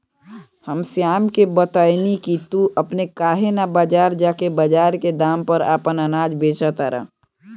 हम श्याम के बतएनी की तू अपने काहे ना बजार जा के बजार के दाम पर आपन अनाज बेच तारा